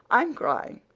i'm crying,